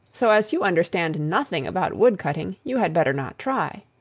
so as you understand nothing about wood-cutting you had better not try.